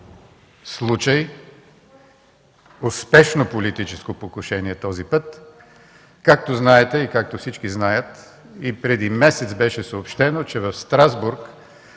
случай, успешно политическо покушение този път, както знаете и както всички знаят. Преди месец беше съобщено, че в Страсбург